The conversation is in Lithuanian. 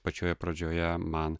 pačioje pradžioje man